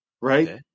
right